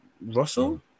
Russell